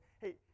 hey